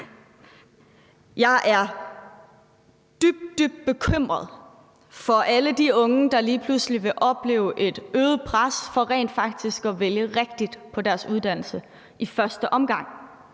Jeg er dybt, dybt bekymret for alle de unge, der lige pludselig vil opleve et øget pres for rent faktisk at vælge rigtigt på deres uddannelse i første omgang.